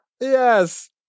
Yes